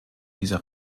dieser